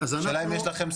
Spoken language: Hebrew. השאלה אם יש לכם סמכות?